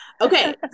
okay